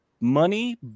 money